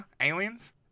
Aliens